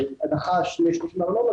הנחה -- מארנונה,